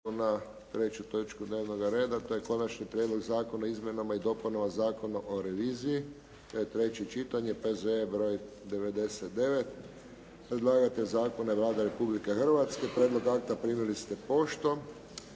na treću točku dnevnog reda, a to je 3. Konačni prijedlog Zakona o izmjenama i dopunama Zakona o reviziji - treće čitanje, P.Z.E., br. 99 Predlagatelj zakona je Vlada Republike Hrvatske. Prijedlog akta primili ste poštom.